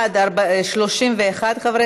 ההצעה להעביר